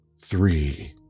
Three